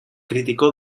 kritiko